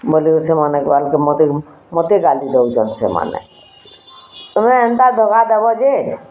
ଭଲ ସେମାନେ ଗାଲି ମତେ ମତେ ଗାଲି ଦଉଛନ୍ତି ସେମାନେ ତମେ ଏନ୍ତା ଦଗା ଦବ ଯେ